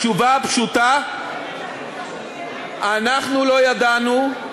התשובה הפשוטה: אנחנו לא ידענו,